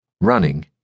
Running